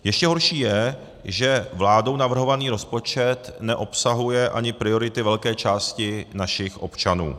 Ještě horší je, že vládou navrhovaný rozpočet neobsahuje ani priority velké části našich občanů.